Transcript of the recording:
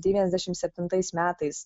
devyniasdešim septintais metais